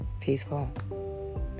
peaceful